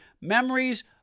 memories